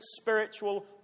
spiritual